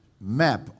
map